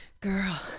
girl